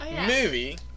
movie –